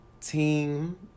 team